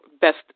best